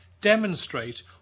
demonstrate